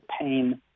pain